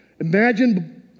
Imagine